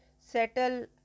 settle